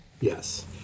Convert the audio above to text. Yes